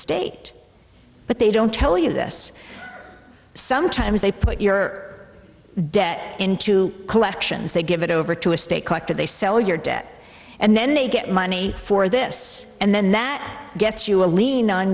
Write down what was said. state but they don't tell you this sometimes they put your debt into collections they give it over to a state collector they sell your debt and then they get money for this and then that gets you a lien on